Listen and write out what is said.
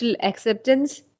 acceptance